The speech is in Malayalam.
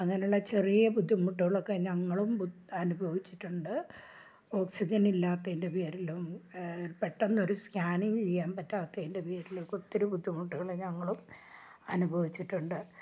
അങ്ങനെയുള്ള ചെറിയ ബുദ്ധിമുട്ടുകളൊക്കെ ഞങ്ങളും ബു അനുഭവിച്ചിട്ടുണ്ട് ഓക്സിജൻ ഇല്ലാത്തതിൻ്റെ പേരിലും പെട്ടെന്ന് ഒരു സ്കാനിങ് ചെയ്യാൻ പറ്റാത്തതിൻ്റെ പേരിലും ഒക്കെ ഒത്തിരി ബുദ്ധിമുട്ടുകൾ ഞങ്ങളും അനുഭവിച്ചിട്ടുണ്ട്